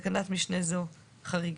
(בתקנת משנה זו - חריגה),